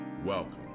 Welcome